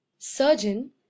surgeon